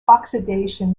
oxidation